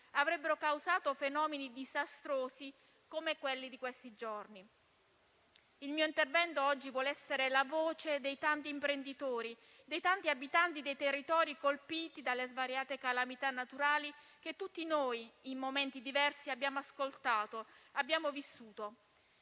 avrebbero causato fenomeni disastrosi come quelli di questi giorni. Il mio intervento oggi vuole essere la voce dei tanti imprenditori e abitanti dei territori colpiti dalle svariate calamità naturali che tutti noi, in momenti diversi, abbiamo ascoltato e vissuto.